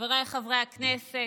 חבריי חברי הכנסת,